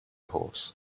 horse